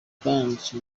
mccarthy